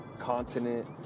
continent